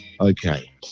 Okay